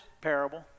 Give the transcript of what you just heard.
parable